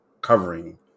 covering